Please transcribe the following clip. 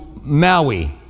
Maui